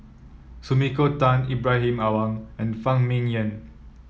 Sumiko Tan Ibrahim Awang and Fang Ming Yen